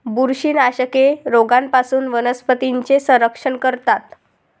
बुरशीनाशके रोगांपासून वनस्पतींचे संरक्षण करतात